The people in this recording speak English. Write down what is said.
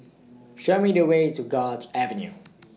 Show Me The Way to Guards Avenue